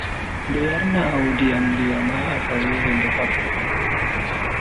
Mi do yarna audi am ndiyam ha asawere nde sappo